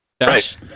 Right